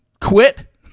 quit